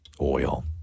oil